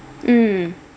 mm